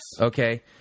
Okay